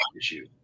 issue